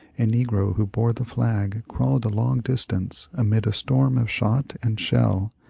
a negro who bore the flag crawled a long distance amid a storm of shot and shell,